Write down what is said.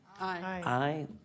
aye